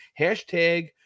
Hashtag